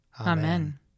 Amen